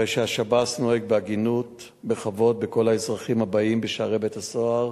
הרי שהשב"ס נוהג בהגינות ובכבוד בכל האזרחים הבאים בשערי בית-הסוהר